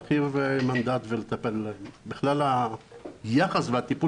על להרחיב מנדט ולטפל בכלל ביחס והטיפול